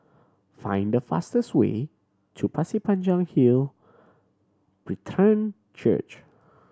find the fastest way to Pasir Panjang Hill Brethren Church